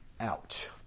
Ouch